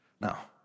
Now